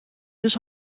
dus